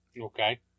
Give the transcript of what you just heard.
Okay